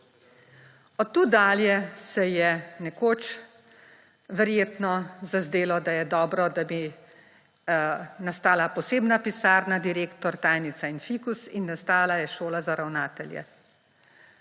Od tu dalje se je nekoč verjetno zazdelo, da je dobro, da bi nastala posebna pisarna – direktor, tajnica in fikus – in nastala je Šola za ravnatelje.